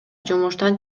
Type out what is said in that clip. жумуштан